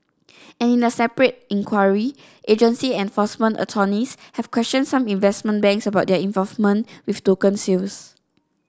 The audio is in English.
and in a separate inquiry agency enforcement attorneys have questioned some investment banks about their involvement with token sales